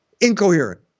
incoherent